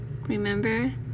remember